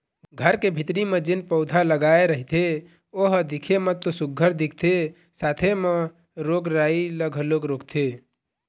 घर के भीतरी म जेन पउधा लगाय रहिथे ओ ह दिखे म तो सुग्घर दिखथे साथे म रोग राई ल घलोक रोकथे